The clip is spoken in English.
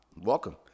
Welcome